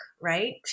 right